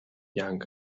young